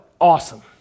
awesome